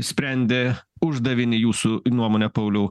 sprendė uždavinį jūsų nuomone pauliau